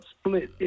split